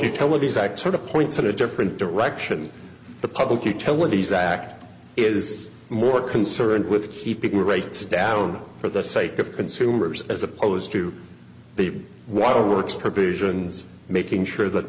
utilities act sort of points in a different direction the public utilities act is more concerned with keeping rates down for the sake of consumers as opposed to the waterworks provisions making sure that